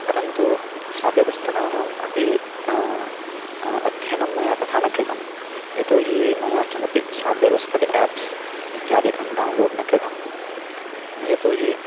परन्तु श्राव्यपुस्तकानाम् अपि अध्ययनं मया तथा न कृतं यतो हि मया किमपि श्राव्यपुस्तकम् एप्स् इत्यादिकं डौन्लोड् न कृतं यतो हि